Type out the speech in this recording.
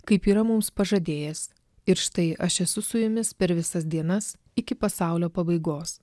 kaip yra mums pažadėjęs ir štai aš esu su jumis per visas dienas iki pasaulio pabaigos